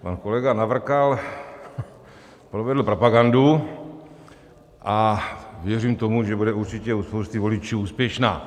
Pan kolega Navrkal provedl propagandu a věřím tomu, že bude určitě u spousty voličů úspěšná.